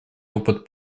опыт